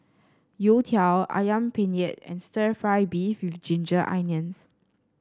youtiao ayam penyet and stir fry beef with Ginger Onions